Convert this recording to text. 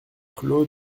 clos